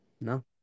No